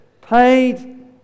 paid